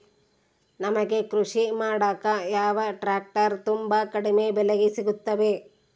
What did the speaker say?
ನಮಗೆ ಕೃಷಿ ಮಾಡಾಕ ಯಾವ ಟ್ರ್ಯಾಕ್ಟರ್ ತುಂಬಾ ಕಡಿಮೆ ಬೆಲೆಗೆ ಸಿಗುತ್ತವೆ?